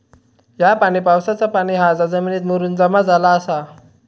ह्या पाणी पावसाचा पाणी हा जा जमिनीत मुरून जमा झाला आसा